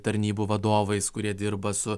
tarnybų vadovais kurie dirba su